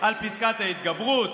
על פסקת ההתגברות,